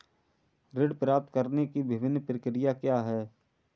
ऋण प्राप्त करने की विभिन्न प्रक्रिया क्या हैं?